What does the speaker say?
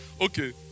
Okay